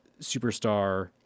superstar